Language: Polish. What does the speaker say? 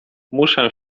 muszę